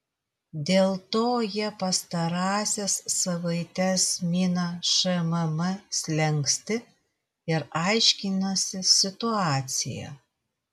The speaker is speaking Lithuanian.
dėl to jie pastarąsias savaites mina šmm slenkstį ir aiškinasi situaciją